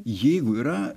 jeigu yra